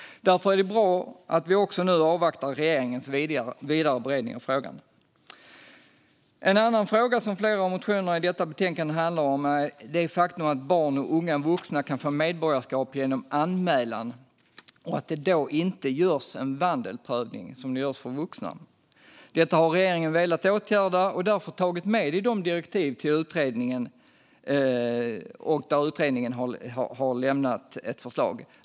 Därför är det bra att vi nu avvaktar regeringens vidare beredning av frågan. En annan fråga som flera av motionerna i detta betänkande handlar om är det faktum att barn och unga vuxna kan få medborgarskap genom anmälan och att man då inte gör den vandelsprövning som görs för vuxna. Detta har regeringen velat åtgärda och därför tagit med i direktiven till den utredning som nu lämnat sitt förslag.